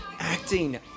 Acting